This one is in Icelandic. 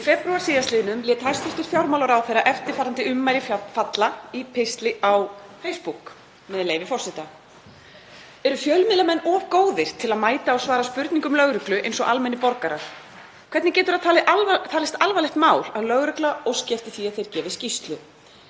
Í febrúar síðastliðnum lét hæstv. fjármálaráðherra eftirfarandi ummæli falla í pistli á Facebook, með leyfi forseta: „Eru fjölmiðlamenn of góðir til að mæta og svara spurningum lögreglu eins og almennir borgarar? Hvernig getur það talist alvarlegt mál að lögregla óski eftir því að þeir gefi skýrslu?“